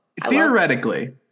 Theoretically